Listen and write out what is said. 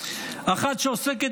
אחת שעוסקת,